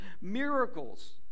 miracles